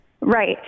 Right